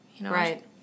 Right